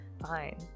Fine